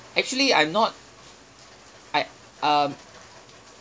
actually I'm not I um